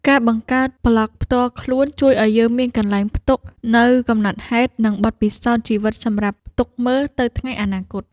ការបង្កើតប្លក់ផ្ទាល់ខ្លួនជួយឱ្យយើងមានកន្លែងផ្ទុកនូវកំណត់ហេតុ និងបទពិសោធន៍ជីវិតសម្រាប់ទុកមើលទៅថ្ងៃអនាគត។